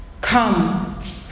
Come